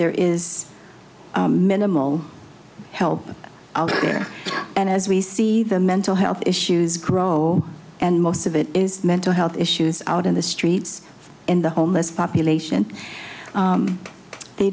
there is minimal help out there and as we see the mental health issues grow and most of it is mental health issues out in the streets in the homeless population they